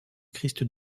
christ